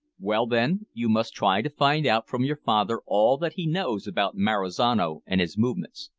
well then, you must try to find out from your father all that he knows about marizano and his movements.